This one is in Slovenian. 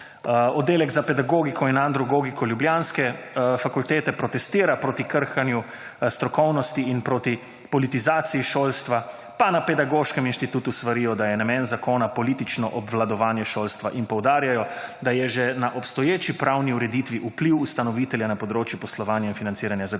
oddelek za pedagogiko in andragogiko ljubljanske fakultete protestira proti krhanju strokovnosti in proti politizaciji šolstva, pa na pedagoškem inštitutu svarijo, da je namen zakona politično obvladovanje šolstva in poudarjajo, da je že na obstoječi pravni ureditvi vpliv ustanovitelja na področju poslovanja in financiranja zagotovljen